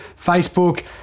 Facebook